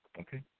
Okay